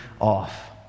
off